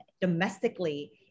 domestically